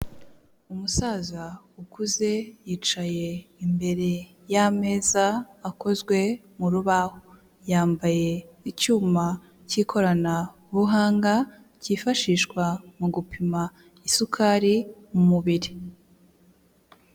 Umusaza ukuze yicaye imbere y'ameza akozwe mu rubaho. Yambaye icyuma cy'ikoranabuhanga cyifashishwa mu gupima isukari mu mubiri.